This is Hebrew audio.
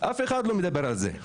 אף אחד לא מדבר על זה.